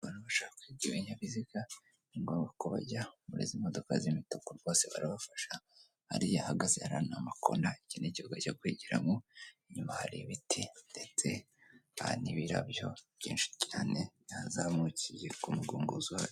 Ibinyabiziga ni ngombwa ko bajya muri izi modoka z'imituku rwose barabafasha hariya ahgaze hari amakona ikindi kiga cyo kwigiramo inyuma hari ibiti ndetse nta n'ibirabyo byinshi cyane byazamukiye ku mugonguzo.